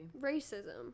racism